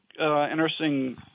Interesting